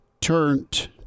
turned